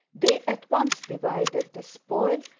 they at once divided the spoil,